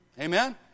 Amen